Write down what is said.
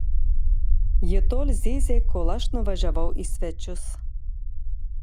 ji tol zyzė kol aš nuvažiavau į svečius